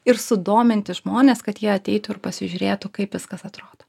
ir sudominti žmones kad jie ateitų ir pasižiūrėtų kaip viskas atrodo